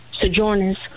sojourners